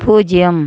பூஜ்ஜியம்